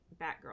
batgirl